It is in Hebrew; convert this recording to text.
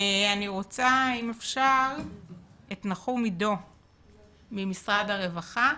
אני רוצה אם אפשר את נחום עידו ממשרד הרווחה.